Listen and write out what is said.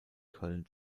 köln